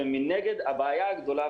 ומנגד הבעיה הגדולה.